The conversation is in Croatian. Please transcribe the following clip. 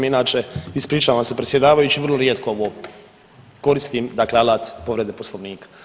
Inače, ispričavam se predsjedavajući, vrlo rijetko ovo koristim, dakle alat povrede Poslovnika.